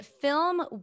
film